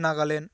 Nagaland